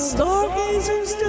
Stargazer's